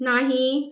नाही